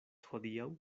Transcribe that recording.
hodiaŭ